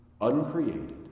uncreated